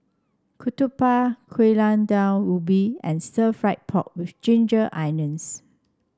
Ketupat Gulai Daun Ubi and stir fry pork with Ginger Onions